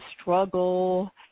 struggle